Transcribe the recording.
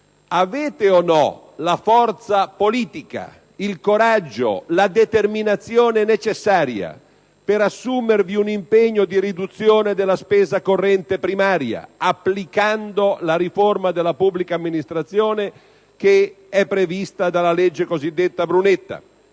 Avete o no la forza politica, il coraggio, la determinazione necessari per assumervi un impegno di riduzione della spesa corrente primaria, applicando la riforma della pubblica amministrazione che è prevista dalla cosiddetta legge Brunetta?